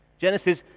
Genesis